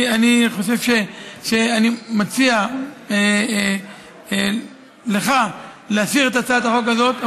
אני מציע לך להסיר את הצעת החוק הזאת,